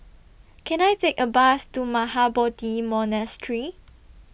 Can I Take A Bus to Mahabodhi Monastery